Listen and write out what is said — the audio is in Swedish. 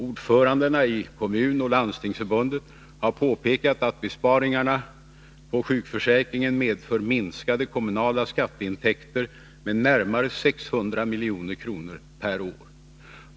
Ordförandena i kommunoch landstingsförbunden har påpekat att besparingarna på sjukförsäkringen medför en minskning av kommunala skatteintäkter med närmare 600 milj.kr. per år.